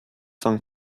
são